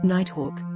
Nighthawk